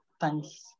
Thanks